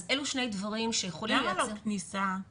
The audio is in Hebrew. אז אלה דברים שיכולים לייצר --- למה לא כניסה של